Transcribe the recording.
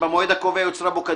שבמועד הקובע יוצרה בו כדין,